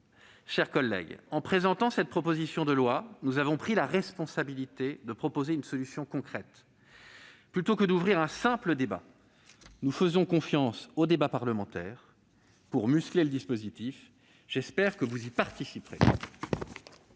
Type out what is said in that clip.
chers collègues, en présentant cette proposition de loi, nous avons pris la responsabilité de proposer une solution concrète plutôt que d'ouvrir un simple débat. Nous faisons confiance au débat parlementaire pour muscler le dispositif. J'espère que vous y participerez.